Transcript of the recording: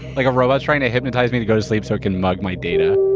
like, a robot's trying to hypnotize me to go to sleep so it can mug my data